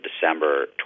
December